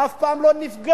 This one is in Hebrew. אף פעם לא נפגע,